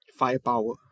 firepower